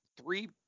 three